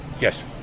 Yes